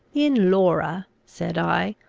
in laura, said i,